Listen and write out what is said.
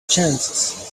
chances